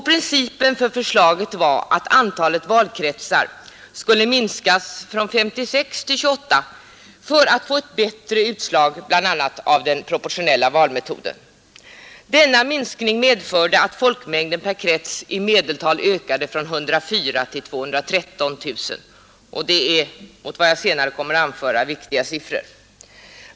Principen för förslaget var att antalet valkretsar skulle minskas från 56 till 28 för att man skulle få ett bättre utslag bl.a. av den proportionella valmetoden. Denna minskning medförde att folkmängden per krets i medeltal ökade från 104 000 till 213 000 — detta är, sett mot bakgrund av vad jag senare kommer att anföra, viktiga siffror.